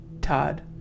Todd